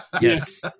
Yes